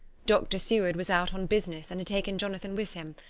dr. seward was out on business, and had taken jonathan with him,